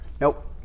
Nope